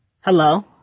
Hello